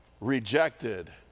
rejected